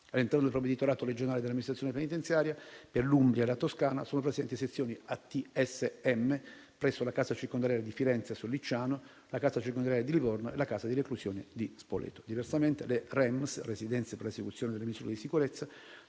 All'interno del provveditorato regionale dell'amministrazione penitenziaria per l'Umbria e la Toscana sono presenti sezioni ATSM presso la casa circondariale Sollicciano di Firenze, la casa circondariale di Livorno e la casa di reclusione di Spoleto. Diversamente, le residenze per l'esecuzione delle misure di sicurezza